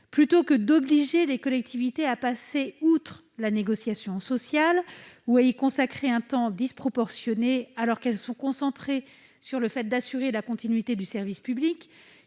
plutôt que d'obliger les collectivités territoriales à passer outre à la négociation sociale ou à y consacrer un temps disproportionné alors qu'elles sont concentrées sur le maintien de la continuité du service public,